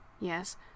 yes